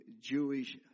Jewish